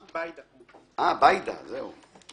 בימים ההם הייתה נכונות והייתה הסכמה שהדבר הזה הוא חלק